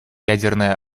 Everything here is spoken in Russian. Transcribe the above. ядерное